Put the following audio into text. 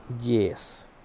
Yes